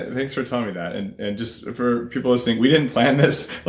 thanks for telling me that. and and just for people listening, we didn't plan this.